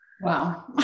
Wow